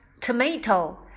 Tomato